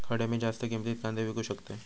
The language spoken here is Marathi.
खडे मी जास्त किमतीत कांदे विकू शकतय?